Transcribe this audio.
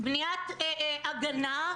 אין טיפול בקורונה.